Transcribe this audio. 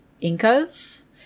Incas